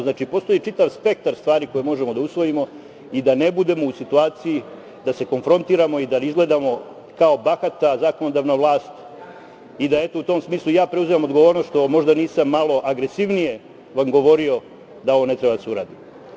Znači, postoji čitav spektar stvari koje možemo da usvojimo i da ne budemo u situaciji da se konfrontiramo i da izgledamo kao bahata zakonodavna vlast i da, eto, u tom smislu ja preuzimam odgovornost što možda nisam malo agresivnije vam govorio da ovo ne treba da se uradi.